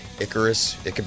Icarus